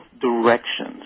directions